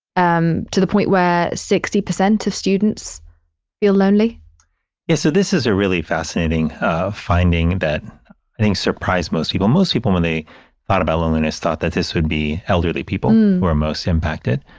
um to the point where sixty percent of students feel lonely yeah. so this is a really fascinating finding that i think surprised most people. most people when they thought about loneliness, thought that this would be elderly people who are most impacted.